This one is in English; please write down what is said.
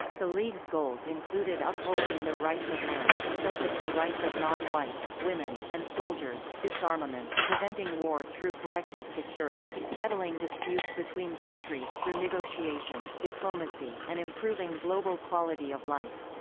the league's goals included upholding the rights of man, such as the rights of non-whites, women, and soldiers disarmament, preventing war through collective security, settling disputes between countries through negotiation, diplomacy, and improving global quality of life.